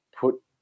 put